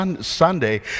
Sunday